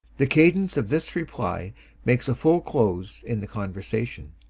the cadence of this reply makes a full close in the conversation.